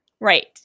Right